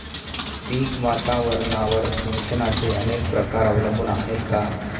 पीक वातावरणावर सिंचनाचे अनेक प्रकार अवलंबून आहेत का?